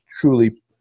truly